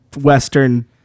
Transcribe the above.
western